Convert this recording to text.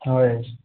ହଏ